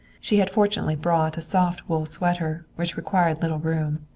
she had fortunately brought a soft wool sweater, which required little room.